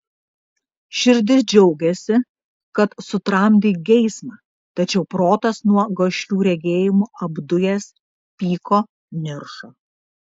širdis džiaugėsi kad sutramdei geismą tačiau protas nuo gašlių regėjimų apdujęs pyko niršo